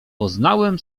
poznałem